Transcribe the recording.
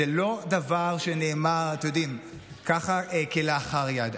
זה לא דבר שנאמר, אתם יודעים, כלאחר יד.